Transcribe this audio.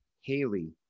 Haley